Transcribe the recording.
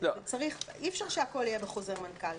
אי אפשר שהכול יהיה בחוזר מנכ"ל.